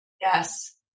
Yes